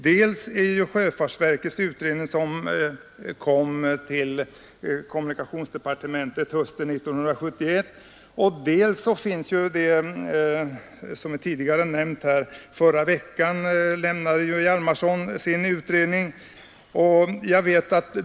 Dels är det fråga om sjöfartsverkets utredning, som kom till kommunikationsdepartementet hösten 1971, dels finns det utredningsresultat som herr Hjalmarson lämnade förra veckan.